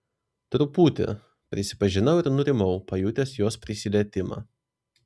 truputį prisipažinau ir nurimau pajutęs jos prisilietimą